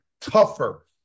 tougher